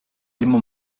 immer